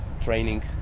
training